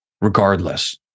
regardless